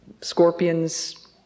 scorpions